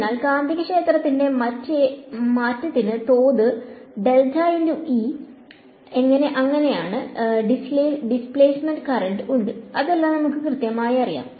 അതിനാൽ കാന്തികക്ഷേത്രത്തിന്റെ മാറ്റത്തിന്റെ തോത് അങ്ങനെയാണ് ഡിസ്പ്ലേസ്മെന്റ് കറന്റ് ഉണ്ട് അതെല്ലാം നമുക്ക് കൃത്യമായി അറിയാം